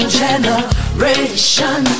generation